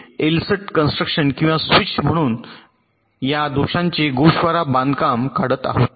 तर येथे एल्सट कन्स्ट्रक्शन किंवा स्विच म्हणून चूक म्हणून या दोषांचे गोषवारा बांधकाम काढत आहोत